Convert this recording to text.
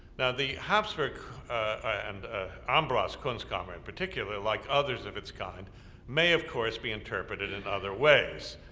now the hapsburg and ah ambras kunstkammer in particular like others of its kind may of course be interpreted in other ways.